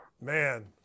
man